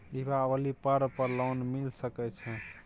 दीपावली पर्व पर लोन मिल सके छै?